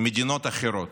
מדינות אחרות,